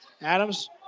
Adams